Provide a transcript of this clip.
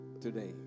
today